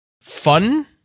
fun